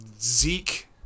Zeke